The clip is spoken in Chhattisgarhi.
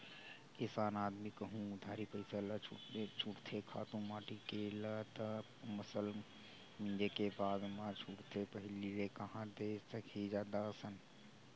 किसान आदमी कहूँ उधारी पइसा ल छूटथे खातू माटी के ल त फसल मिंजे के बादे म छूटथे पहिली ले कांहा दे सकही जादा असन